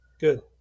Good